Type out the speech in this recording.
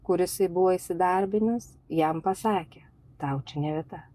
kur jisai buvo įsidarbinęs jam pasakė tau čia ne vieta